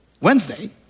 Wednesday